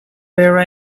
where